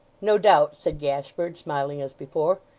no doubt said gashford, smiling as before.